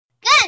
Good